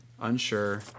unsure